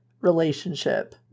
relationship